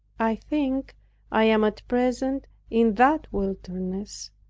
i think i am at present in that wilderness,